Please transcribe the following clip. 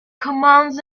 commands